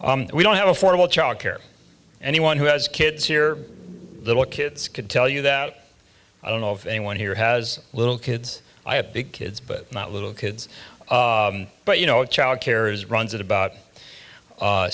we don't have affordable childcare anyone who has kids here little kids could tell you that i don't know if anyone here has little kids i have big kids but not little kids but you know childcare is runs at about